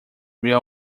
real